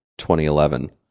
2011